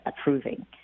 approving